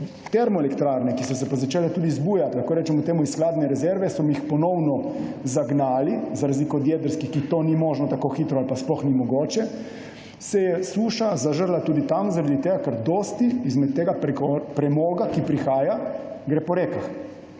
termoelektrarne, ki so se pa začele tudi zbujati, lahko rečemo temu skladne rezerve, ki smo jih ponovno zagnali, za razliko od jedrskih, kjer to ni možno tako hitro ali pa sploh ni mogoče, se je suša zažrla tudi tam, ker dosti tega premoga, ki prihaja, gre po rekah.